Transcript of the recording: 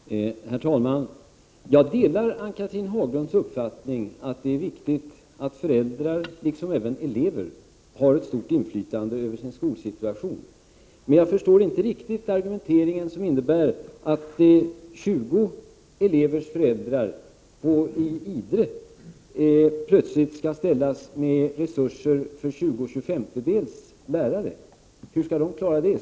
Prot. 1988/89:21 Herr talman! Jag delar Ann-Cathrine Haglunds uppfattning, att det är 10 november 1988 viktigt att föräldrarna liksom även eleverna har ett stort inflytande över sin. Jy diar a skolsituation. Jag förstår emellertid inte riktigt den argumentering som innebär att 20 elevers föräldrar i Idre plötsligt skall ges resurser för tjugo tjugofemtedels lärare. Hur skall de klara det?